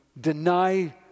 deny